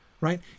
right